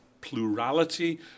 plurality